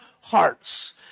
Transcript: hearts